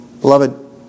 Beloved